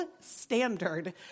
standard